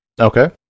Okay